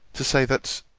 to say, that,